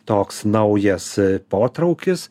toks naujas potraukis